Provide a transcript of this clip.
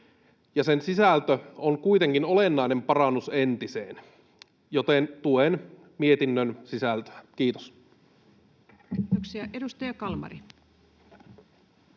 sen sisältö on kuitenkin olennainen parannus entiseen, joten tuen mietinnön sisältöä. — Kiitos. [Speech 224]